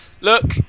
Look